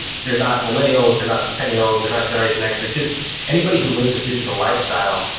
they're not millennials. they're not centennials. they're not generation x. they're just anybody who lives a digital lifestyle.